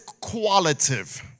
qualitative